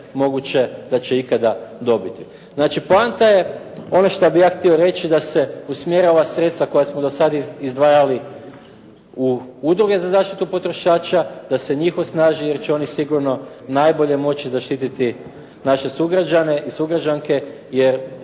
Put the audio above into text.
da će ikada dobiti. Znači, poanta je ono što bih ja htio reći da se usmjerava sredstva koja smo do sad izdvajali u udruge za zaštitu potrošača da se njih osnaži, jer će oni sigurno najbolje moći zaštititi naše sugrađane i sugrađanke jer